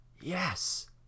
Yes